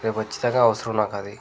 రేపు ఖచ్చితంగా అవసరం నాకు అది